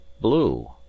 blue